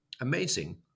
Amazing